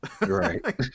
Right